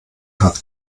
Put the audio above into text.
hat